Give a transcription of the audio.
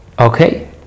Okay